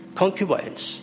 concubines